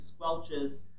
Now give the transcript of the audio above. squelches